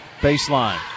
baseline